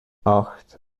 acht